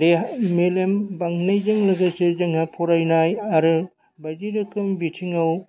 देहा मेलेम बांनायजों लोगोसे जोंहा फरायनाय आरो बायदि रोखोम बिथिङाव